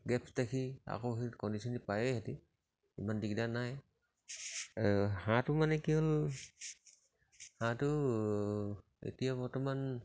gaps ৰাখি আকৌ সিহঁত কণী চণী পাৰেই সিহঁতি ইমান দিগদাৰ নাই আৰু হাঁহটো মানে কি হ'ল হাঁহটো এতিয়া বৰ্তমান